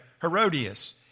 Herodias